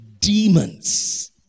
demons